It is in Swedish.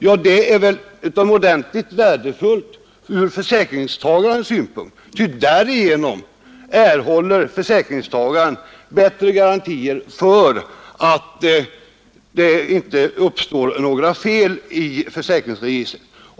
Ja, det är väl utomordentligt värdefullt ur försäkringstagarnas synpunkt, ty därigenom erhäller försäkringstagarna bättre garantier för att det inte uppstår nägra fel i försäkringsregistret.